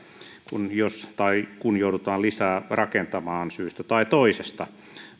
kun joudutaan lisää rakentamaan syystä tai toisesta